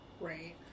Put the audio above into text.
right